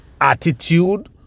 attitude